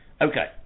Okay